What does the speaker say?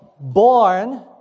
born